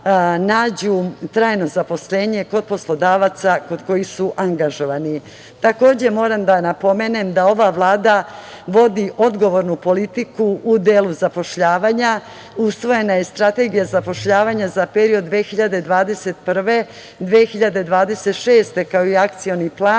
nađu trajno zaposlenje kod poslodavaca kod kojih su angažovani. Takođe moram da napomenem da ova Vlada vodi odgovornu politiku u delu zapošljavanja. Usvojena je Strategija zapošljavanja za period 2021-2026. godine, kao i Akcioni plan